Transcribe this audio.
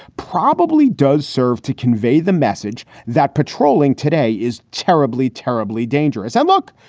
probably does serve to convey the message that patrolling today is terribly, terribly dangerous. i'm ok.